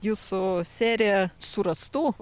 jūsų serija surastų